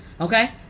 okay